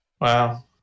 Wow